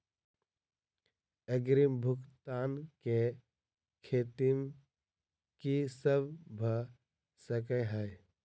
अग्रिम भुगतान केँ जोखिम की सब भऽ सकै हय?